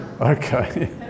Okay